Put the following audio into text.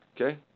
Okay